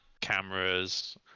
cameras